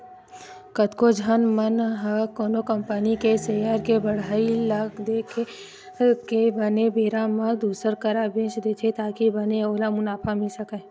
कतको झन मन ह कोनो कंपनी के सेयर के बड़हई ल देख के बने बेरा म दुसर करा बेंच देथे ताकि बने ओला मुनाफा मिले सकय